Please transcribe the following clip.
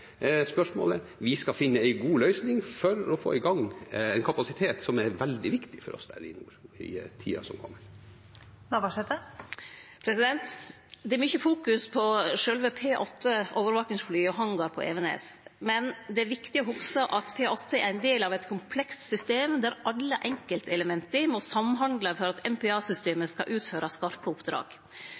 spørsmålet. Vi skal finne en god løsning for å få i gang en kapasitet som er veldig viktig for oss der i nord, i tiden som kommer. Det er mykje fokus på P8-overvakingsflya og hangar på Evenes, men det er viktig å hugse at P8 er ein del av eit komplekst system, der alle enkeltelementa må samhandle for at MPA-systemet skal kunne utføre skarpe oppdrag.